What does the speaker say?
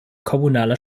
kommunaler